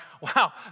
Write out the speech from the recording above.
wow